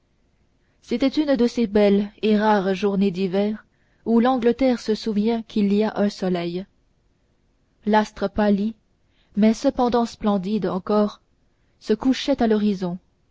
c'était une de ces belles et rares journées d'hiver où l'angleterre se souvient qu'il y a un soleil l'astre pâli mais cependant splendide encore se couchait à l'horizon